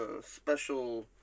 special